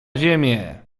ziemię